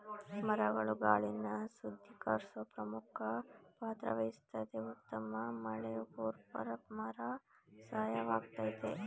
ಮರಗಳು ಗಾಳಿನ ಶುದ್ಧೀಕರ್ಸೋ ಪ್ರಮುಖ ಪಾತ್ರವಹಿಸ್ತದೆ ಉತ್ತಮ ಮಳೆಬರ್ರ್ಸೋಕೆ ಮರ ಸಹಾಯಕವಾಗಯ್ತೆ